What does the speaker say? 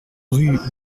rue